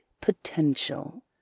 potential